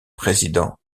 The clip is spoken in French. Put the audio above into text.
président